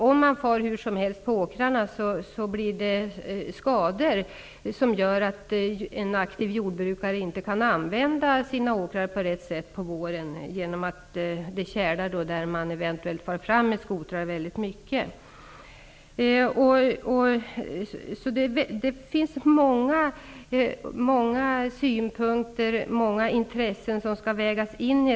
Om man far hur som helst på åkrarna uppkommer det skador som gör att en aktiv jordbrukare inte kan använda sina åkrar på rätt sätt på våren, eftersom det tjälar på de ställen där man far fram med skoter väldigt mycket. Många synpunkter och intressen skall vägas in.